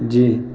جی